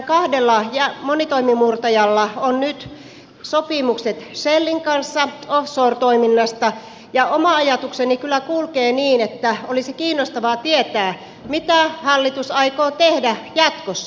meidän kahdella monitoimimurtajalla on nyt sopimukset shellin kanssa offshore toiminnasta ja oma ajatukseni kyllä kulkee niin että olisi kiinnostavaa tietää mitä hallitus aikoo tehdä jatkossa